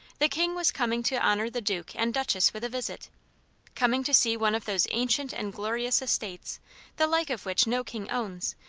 the king was coming to honour the duke and duchess with a visit coming to see one of those ancient and glorious estates the like of which no king owns,